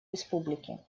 республики